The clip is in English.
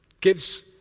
Gives